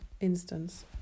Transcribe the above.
instance